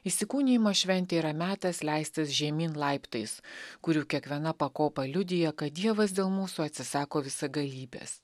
įsikūnijimo šventė yra metas leistis žemyn laiptais kurių kiekviena pakopa liudija kad dievas dėl mūsų atsisako visagalybės